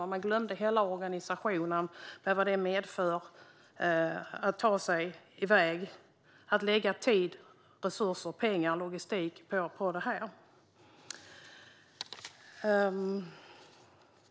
Men man glömde hela organisationen och vad det medför att lägga tid, resurser, pengar och logistik på detta.